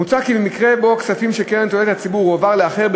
מוצע כי במקרה שבו כספים של קרן לתועלת הציבור הועברו לאחר,